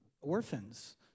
orphans